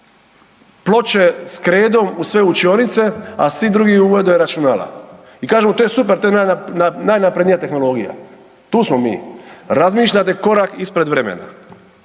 ploče s kredom u sve učionice, a svi drugi uvode računala. I kažu, to je super, to je najnaprednija tehnologija, tu smo mi. Razmišljate korak ispred vremena.